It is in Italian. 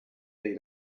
dei